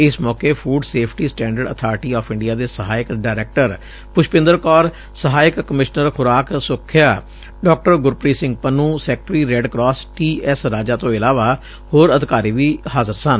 ਇਸ ਮੌਕੇ food safety standards authority of India ਦੇ ਸਹਾਇਕ ਡਾਇਰੈਕਟਰ ਪਸ਼ਪਿੰਦਰ ਕੌਰ ਸਹਾਇਕ ਕਮਿਸਨਰ ਖੁਰਾਕ ਸੁਰੱਖਿਆ ਡੂਾ Gurpreet Singh Pannu secretary red cross T S Raja ਤੋਂ ਇਲਾਵਾ ਹੋਰ ਅਧਿਕਾਰੀ ਵੀ ਹਾਜ਼ਰ ਸਨ